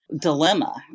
dilemma